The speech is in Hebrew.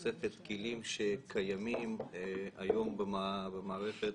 מבחינת הכלים שיש למערכת